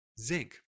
zinc